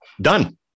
Done